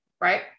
right